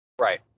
Right